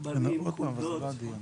עוד פעם, זה לא הדיון.